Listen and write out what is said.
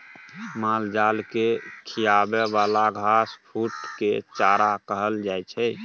मालजाल केँ खिआबे बला घास फुस केँ चारा कहल जाइ छै